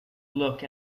look